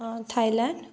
Thailand